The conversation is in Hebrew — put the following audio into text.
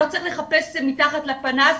לא צריך לחפש מתחת לפנס,